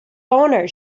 honor